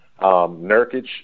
Nurkic